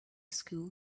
school